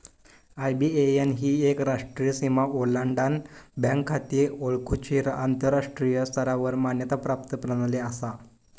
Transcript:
IBAN ही एक राष्ट्रीय सीमा ओलांडान बँक खाती ओळखुची आंतराष्ट्रीय स्तरावर मान्यता प्राप्त प्रणाली असा